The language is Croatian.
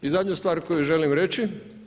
I zadnju stvar koju želim reći.